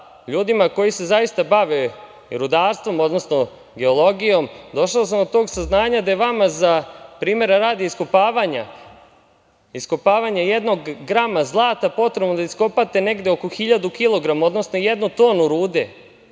ljudima koji se zaista bave rudarstvom, odnosno geologijom, došao sam do tog saznanja da je vama za, primera radi, iskopavanje jednog grama zlata potrebno da iskopate negde oko hiljadu kilograma, odnosno jednu tonu rude,